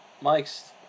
Mike's